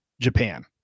Japan